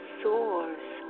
source